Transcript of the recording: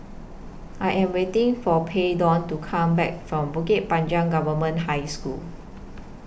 I Am waiting For Payton to Come Back from Bukit Panjang Government High School